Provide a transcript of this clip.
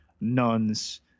nuns